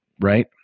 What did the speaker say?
right